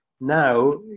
now